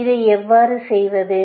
எனவே இதை எவ்வாறு செய்வது